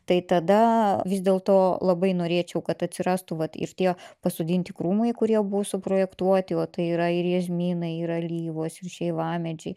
tai tada vis dėlto labai norėčiau kad atsirastų vat ir tie pasodinti krūmai kurie buvo suprojektuoti o tai yra ir jazminai ir alyvos ir šeivamedžiai